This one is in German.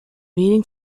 wenigen